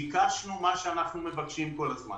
ביקשנו את מה שאנחנו מבקשים כל הזמן.